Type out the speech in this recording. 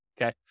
okay